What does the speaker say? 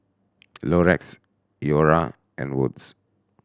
Rolex Iora and Wood's